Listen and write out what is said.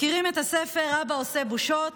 מכירים את הספר "אבא עושה בושות",